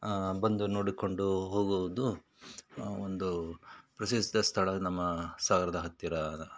ಬಂದು ನೋಡಿಕೊಂಡು ಹೋಗುವುದು ಒಂದು ಪ್ರಸಿದ್ದ ಸ್ಥಳ ನಮ್ಮ ಸಾಗರದ ಹತ್ತಿರ